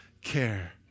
care